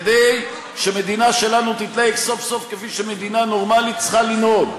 כדי שהמדינה שלנו תתנהג סוף-סוף כפי שמדינה נורמלית צריכה לנהוג: